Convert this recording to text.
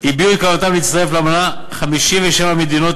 הביעו את נכונותן להצטרף לאמנה 57 מדינות,